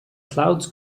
clouds